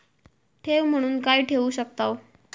ठेव म्हणून काय ठेवू शकताव?